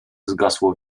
zgasło